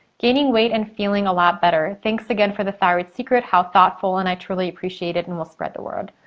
gaining weight and feeling a lot better. thanks again for the thyroid secret. how thoughtful and i truly appreciate it and will spread the word.